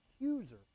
accuser